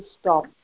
stop